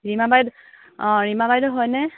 ৰীমা বাই অঁ ৰীমা বাইদেউ হয়নে